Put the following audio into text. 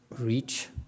reach